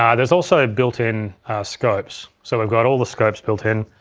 um there's also built in scopes. so we've got all the scopes built in.